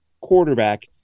quarterback